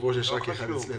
יושב-ראש יש רק אחד אצלנו.